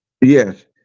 Yes